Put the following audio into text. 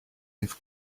his